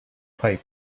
pipe